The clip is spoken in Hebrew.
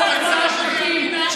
עם רשת של רכבות קלות,